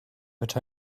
but